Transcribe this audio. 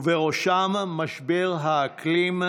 ובראשם משבר האקלים,